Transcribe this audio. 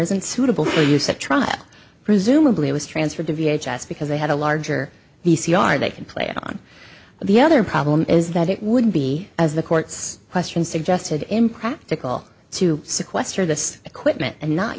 isn't suitable for use at trial presumably it was transferred to v h s because they had a larger p c r they can play on the other problem is that it would be as the courts question suggested impractical to sequester this equipment and not